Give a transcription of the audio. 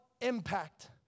impact